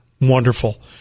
wonderful